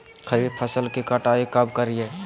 खरीफ फसल की कटाई कब करिये?